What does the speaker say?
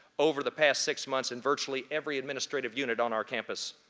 over the past six months in virtually every administrative unit on our campus.